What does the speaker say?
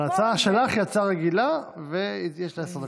אבל ההצעה שלך היא הצעה רגילה ויש לה עשר דקות.